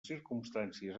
circumstàncies